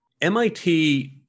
MIT